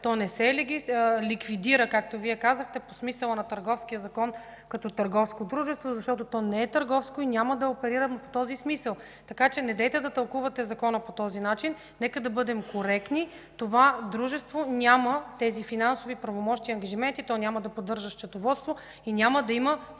То не се ликвидира, както Вие казахте, по смисъла на Търговския закон, като търговско дружество, защото то не е търговско и няма да оперира по този смисъл. Недейте да тълкувате закона по този начин. Нека да бъдем коректни. Това дружество няма тези финансови правомощия и ангажименти. То няма да поддържа счетоводство и съответно няма да има